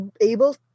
able